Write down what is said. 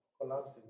Collapsing